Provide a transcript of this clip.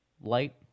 light